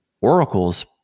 Oracle's